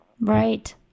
right